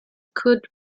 could